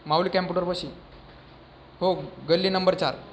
माऊली कॅम्पुटरपाशी हो गल्ली नंबर चार